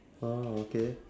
oh okay